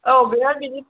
औ बेयाव बिदि